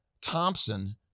Thompson